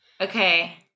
Okay